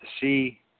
See